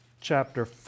chapter